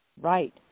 Right